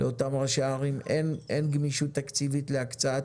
לאותם ראשי ערים אין גמישות תקציבית להקצאת